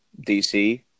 DC